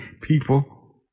people